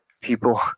people